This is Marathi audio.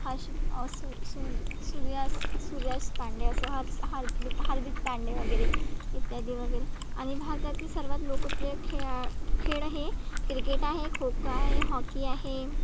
हर्षित सूर सूर्यास् सूर्यास्त पांडे असं हर्स हर हरदीप पांडे वगैरे इत्यादी वगैरे आणि भारतातील सर्वात लोकप्रिय खेळा खेळ हे क्रिकेट आहे खो खो आहे हॉकी आहे